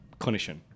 clinician